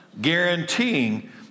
guaranteeing